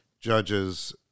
judge's